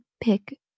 pick